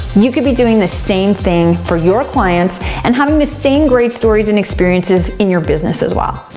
you could be doing the same thing for your clients and having the same great stories and experiences in your business as well.